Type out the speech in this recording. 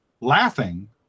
laughing